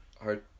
hard